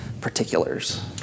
particulars